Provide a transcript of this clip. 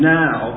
now